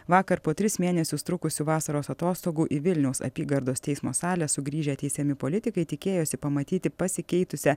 vakar po tris mėnesius trukusių vasaros atostogų į vilniaus apygardos teismo salę sugrįžę teisiami politikai tikėjosi pamatyti pasikeitusią